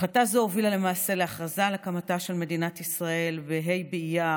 החלטה זו הובילה למעשה להכרזה על הקמתה של מדינת ישראל בה' באייר,